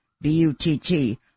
B-U-T-T